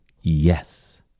yes